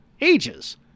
ages